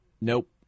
Nope